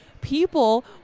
people